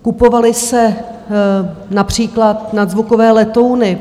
Kupovaly se například nadzvukové letouny.